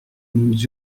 nous